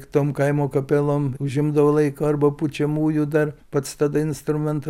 tom kaimo kapelom užimdavo laiko arba pučiamųjų dar pats tada instrumentą